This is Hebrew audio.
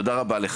תודה רבה.